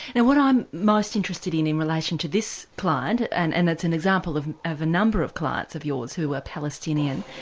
and what i'm most interested in in relation to this client, and and it's an example of of a number of clients of yours who are palestinian,